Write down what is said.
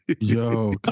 yo